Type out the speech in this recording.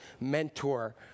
mentor